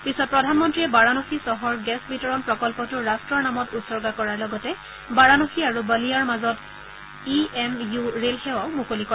পিছত প্ৰধানমন্ত্ৰীয়ে বাৰাণসী চহৰ গেছ বিতৰণ প্ৰকল্পটো ৰাট্টৰ নামত উৎসৰ্গা কৰাৰ লগতে বাৰাণসী আৰু বলিয়াৰ মাজত ই এম ইউ ৰে'লসেৱাও মুকলি কৰে